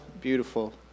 beautiful